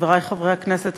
חברי חברי הכנסת,